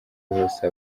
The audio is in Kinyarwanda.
hose